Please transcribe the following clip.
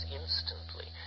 instantly